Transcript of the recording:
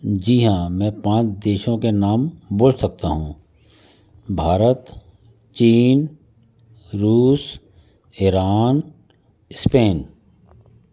जी हाँ मैं पाँच देशों के नाम बोल सकता हूँ भारत चीन रुस ईरान स्पेन